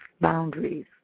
boundaries